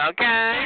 Okay